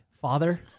Father